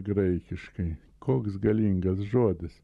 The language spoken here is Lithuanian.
graikiškai koks galingas žodis